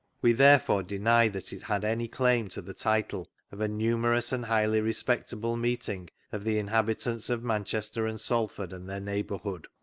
we therefore deny that it had any claim to the title of a numerous and highly respectable mating of the inhabitants of manchester and satford and their neighbour hood.